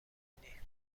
موندی